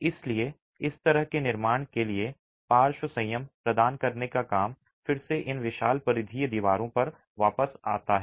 इसलिए इस तरह के निर्माण के लिए पार्श्व संयम प्रदान करने का काम फिर से इन विशाल परिधीय दीवारों पर वापस आता है